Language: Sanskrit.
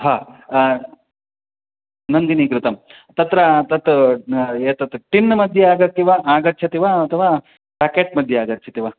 हा नन्दिनीघृतं तत्र तत् एतत् टिन्मध्ये आगच्छति वा आगच्छति वा अथवा पेकेट्मध्ये आगच्छति वा